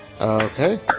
Okay